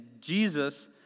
Jesus